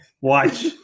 watch